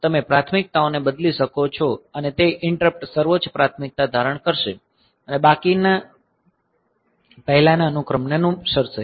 તમે પ્રાથમિકતાઓને બદલી શકો છો અને તે ઈંટરપ્ટ સર્વોચ્ચ પ્રાથમિકતા ધારણ કરશે અને બાકીના પહેલાના ક્રમને અનુસરશે